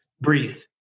Breathe